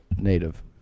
Native